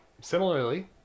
similarly